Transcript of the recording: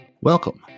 welcome